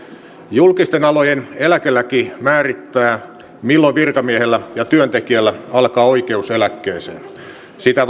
julkisten alojen eläkelaki määrittää milloin virkamiehellä ja työntekijällä alkaa oikeus eläkkeeseen sitä